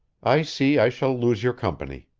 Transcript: i see i shall lose your company.